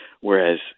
Whereas